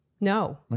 No